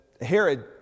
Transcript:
Herod